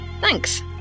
Thanks